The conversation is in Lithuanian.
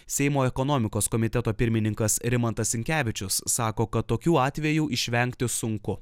seimo ekonomikos komiteto pirmininkas rimantas sinkevičius sako kad tokių atvejų išvengti sunku